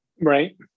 Right